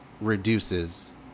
reduces